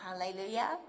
Hallelujah